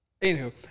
Anywho